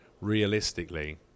realistically